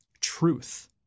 truth